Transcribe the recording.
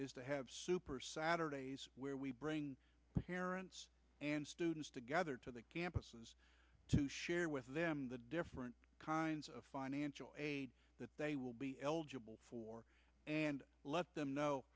is to have super saturdays where we bring parents and students together to the campuses to share with them the different kinds of financial aid that they will be eligible for and let them know